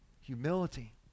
humility